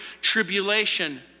Tribulation